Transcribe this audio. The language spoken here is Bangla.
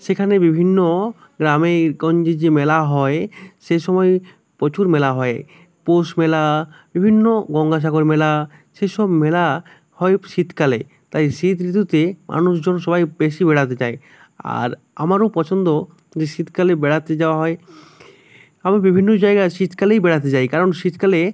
সেখানে বিভিন্ন গ্রামেগঞ্জে যে মেলা হয় সে সময় প্রচুর মেলা হয় পৌষ মেলা বিভিন্ন গঙ্গাসাগর মেলা সেইসব মেলা হয় শীতকালে তাই শীত ঋতুতে মানুষজন সবাই বেশি বেড়াতে চায় আর আমারও পছন্দ যদি শীতকালে বেড়াতে যাওয়া হয় আমরা বিভিন্ন জায়গা শীতকালেই বেড়াতে যাই কারণ শীতকালে